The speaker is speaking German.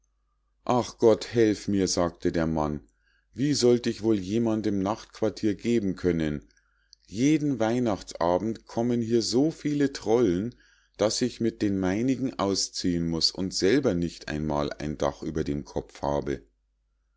ach gott helf mir sagte der mann wie sollt ich wohl jemandem nachtquartier geben können jeden weihnachts abend kommen hier so viel trollen daß ich mit den meinigen ausziehen muß und selber nicht einmal ein dach über dem kopf habe